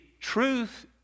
Truth